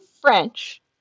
French